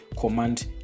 command